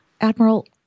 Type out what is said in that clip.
Admiral